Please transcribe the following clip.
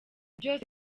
byose